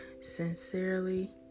Sincerely